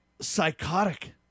psychotic